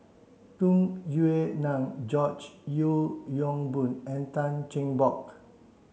Tung Yue Nang George Yeo Yong Boon and Tan Cheng Bock